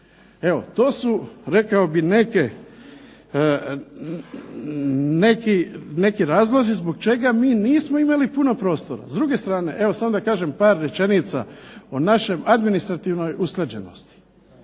Evo to su rekao bih neke, neki razlozi zbog čega mi nismo imali puno prostora. S druge strane. Evo samo da kažem par rečenica o našem administrativnoj usklađenosti.